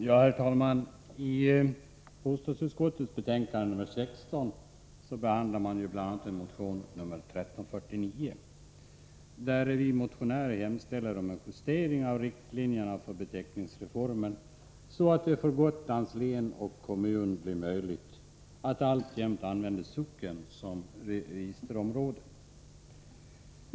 Herr talman! I bostadsutskottets betänkande nr 16 behandlas bl.a. en motion nr 1349 där vi motionärer hemställer om justering av riktlinjer för beteckningsreformen, så att det för Gotlands län och kommun blir möjligt att alltjämt använda socken som registreringsområde.